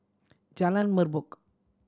Jalan Merbok